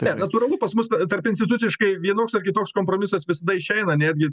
ne natūralu pas mus tarp instituciškai vienoks ar kitoks kompromisas visada išeina netgi